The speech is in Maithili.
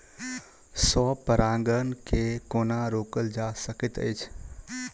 स्व परागण केँ कोना रोकल जा सकैत अछि?